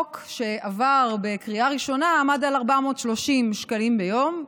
ושעבר בקריאה ראשונה עמד על 430 שקלים ליום,